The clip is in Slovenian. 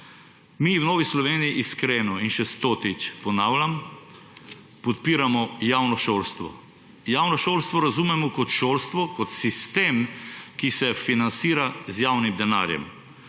Mi v Novi Sloveniji iskreno, in še stotič to ponavljam, podpiramo javno šolstvo. Javno šolstvo razumemo kot šolstvo, kot sistem, ki se financira z javnim denarjem.